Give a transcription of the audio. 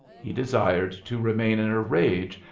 he desired to remain in a rage,